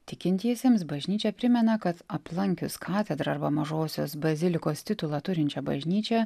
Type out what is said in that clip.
tikintiesiems bažnyčia primena kad aplankius katedrą arba mažosios bazilikos titulą turinčią bažnyčią